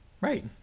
Right